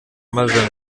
maze